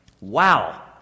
Wow